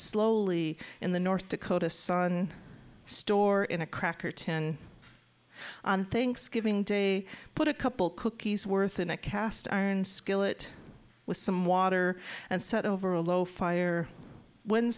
slowly in the north dakota sun store in a cracker ten on thanksgiving day put a couple cookies worth in a cast iron skillet with some water and set over a low fire w